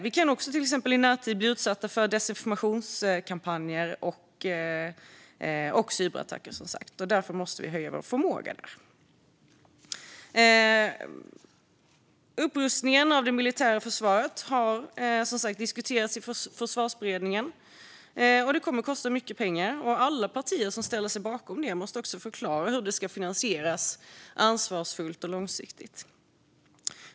Vi kan också i närtid bli utsatta för till exempel desinformationskampanjer och cyberattacker, som sagt, och därför måste vi höja vår förmåga där. Upprustningen av det militära försvaret, som har diskuterats i Försvarsberedningen, kommer att kosta mycket pengar. Alla partier som ställer sig bakom detta måste också förklara hur det ska finansieras ansvarsfullt och långsiktigt.